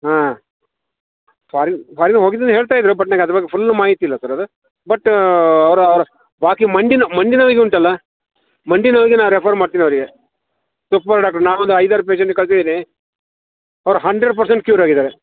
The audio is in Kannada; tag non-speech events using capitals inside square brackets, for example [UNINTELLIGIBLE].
ಹಾಂ ಫಾರಿನ್ ಫಾರಿನ್ ಹೋಗಿದ್ದೀನಿ ಹೇಳ್ತಾ ಇದ್ದರು ಬಟ್ ನನಗೆ ಅದರ ಬಗ್ಗೆ ಫುಲ್ ಮಾಹಿತಿ ಇಲ್ಲ ಸರ್ ಅದು ಬಟ್ ಅವರ ಅವರ ಬಾಕಿ ಮಂಡಿ ಮಂಡಿ ನೋವಿಗುಂಟಲ್ಲಾ ಮಂಡಿ ನೋವಿಗೆ ನಾವು ರೆಫರ್ ಮಾಡ್ತೀನವರಿಗೆ [UNINTELLIGIBLE] ಬೋರ್ಡ್ ಹಾಕ್ಕೊಂಡು ನಾವೊಂದು ಐದಾರು ಪೇಷಂಟ್ ಕಳಿಸಿದ್ದೀನಿ ಅವರು ಹಂಡ್ರೆಡ್ ಪರ್ಸೆಂಟ್ ಕ್ಯೂರ್ ಆಗಿದ್ದಾರೆ